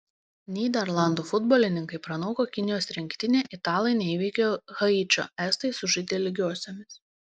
nyderlandų futbolininkai pranoko kinijos rinktinę italai neįveikė haičio estai sužaidė lygiosiomis